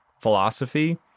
philosophy